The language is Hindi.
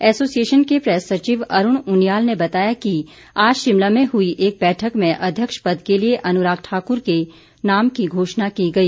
एसोसिएशन के प्रेस सचिव अरूण उनियाल ने बताया कि आज शिमला में हुई एक बैठक में अध्यक्ष पद के लिए अनुराग ठाक्र के नाम की घोषणा की गई